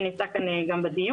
שנמצא כאן בדיון.